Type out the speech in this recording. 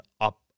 up